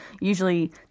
usually